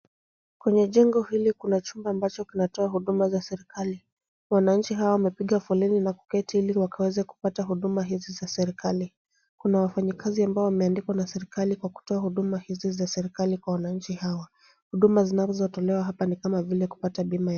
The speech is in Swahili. Kwenye jengo hili kuna chumba ambacho kinatoa huduma za serekali. Wananchi hawa wamepiga foleni na kuketi ili wakaweze kupata huduma hizi za serekali. Kuna wafanyikazi ambao wameandikwa na serekali kwa kutoa huduma hizi za serekali kwa wananchi hawa. Huduma zinazotolewa hapa ni kama vile kupata bima ya...